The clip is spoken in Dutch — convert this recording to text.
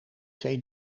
twee